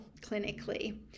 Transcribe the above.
clinically